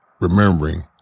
remembering